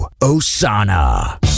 Osana